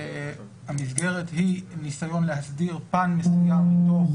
המסגרת היא ניסיון להסדיר פן מסוים מתוך